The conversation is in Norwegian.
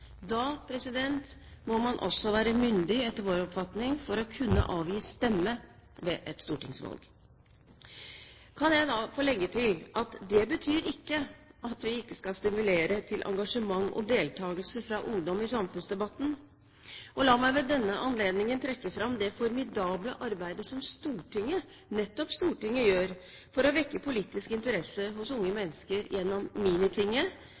må man også være myndig, etter vår oppfatning, for å kunne avgi stemme ved et stortingsvalg. Jeg kan legge til at det betyr ikke at vi ikke skal stimulere til engasjement og deltakelse fra ungdom i samfunnsdebatten. La meg ved denne anledningen trekke fram det formidable arbeidet som nettopp Stortinget gjør for å vekke politisk interesse hos unge mennesker, gjennom MiniTinget